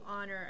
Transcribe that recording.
honor